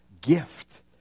gift